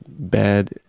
Bad